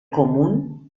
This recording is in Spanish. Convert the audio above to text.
común